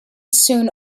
soon